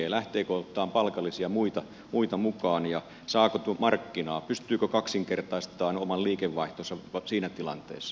lähteekö ottamaan palkal lisia muita mukaan ja saako markkinaa pystyykö kaksinkertaistamaan oman liikevaihtonsa siinä tilanteessa